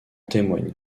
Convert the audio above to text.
témoignent